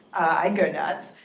i'd go nuts.